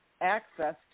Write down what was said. access